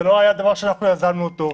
זה לא היה דבר שאנחנו יזמנו אותו,